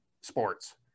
sports